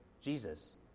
Jesus